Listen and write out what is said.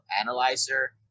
analyzer